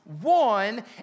One